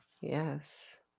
Yes